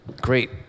great